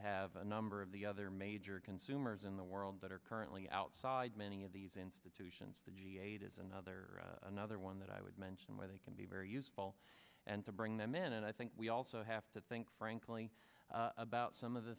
have a number of the other major consumers in the world that are currently outside many of these institutions the g eight is another another one that i would mention where they can be very useful and to bring them in and i think we all so i have to think frankly about some of the